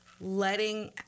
letting